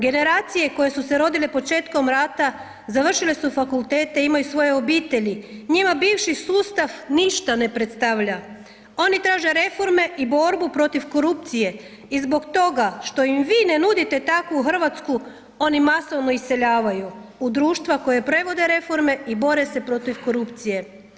Generacije koje su se rodile početkom rata završile su fakultete, imaju svoje obitelji, njima bivši sustav ništa ne predstavlja, oni traže reforme i borbu protiv korupcije i zbog toga što im vi ne nudite takvu RH, oni masovno iseljavaju u društva koja prevode reforme i bore se protiv korupcije.